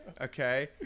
Okay